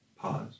pause